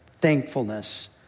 thankfulness